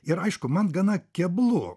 ir aišku man gana keblu